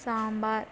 sambar